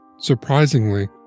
Surprisingly